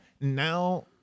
now